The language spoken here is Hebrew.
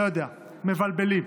לא יודע, מבלבלים.